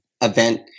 event